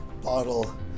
bottle